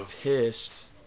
pissed